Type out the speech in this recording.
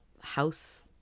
house